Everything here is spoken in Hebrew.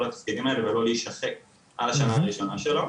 התפקידים האלה ולא להישחק על השנה הראשונה שלו.